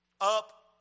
up